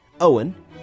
Owen